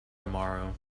tomorrow